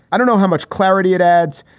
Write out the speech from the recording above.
i don't know how much clarity it adds,